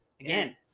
Again